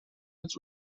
its